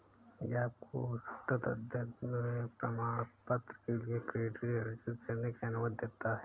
यह आपको सतत अध्ययन में प्रमाणपत्र के लिए क्रेडिट अर्जित करने की अनुमति देता है